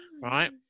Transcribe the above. Right